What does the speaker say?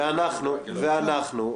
ואנחנו,